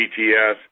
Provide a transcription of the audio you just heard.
GTS